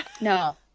no